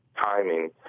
timing